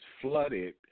flooded